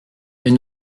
mais